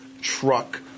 truck